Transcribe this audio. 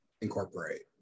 incorporate